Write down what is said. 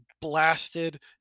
blasted